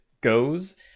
goes